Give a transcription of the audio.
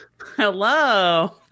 Hello